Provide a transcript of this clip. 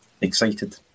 excited